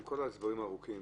עם כל ההסברים הארוכים,